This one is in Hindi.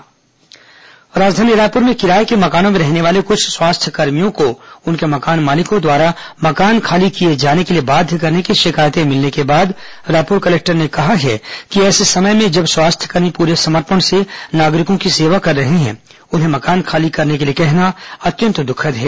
कोरोना कलेक्टर राजधानी रायपुर में किराये के मकानों में रहने वाले कुछ स्वास्थ्यकर्मियों को उनके मकान मालिकों द्वारा मकान खाली किए जाने के लिए बाध्य करने की शिकायतें मिलने के बाद रायपुर कलेक्टर ने कहा है कि ऐसे समय जब स्वास्थ्यकर्मी पूरे समर्पण से नागरिकों से सेवा कर रहे हैं उन्हें मकान खाली करने के लिए कहना अत्यंत दुखद है